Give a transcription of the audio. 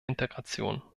integration